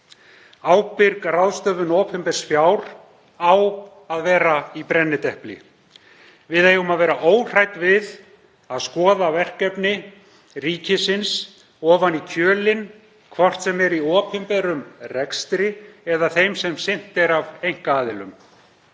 Ábyrg ráðstöfun opinbers fjár á að vera í brennidepli. Við eigum að vera óhrædd við að skoða verkefni ríkisins ofan í kjölinn, hvort sem er í opinberum rekstri eða þeim sem sinnt er af einkaaðilum.